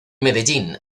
medellín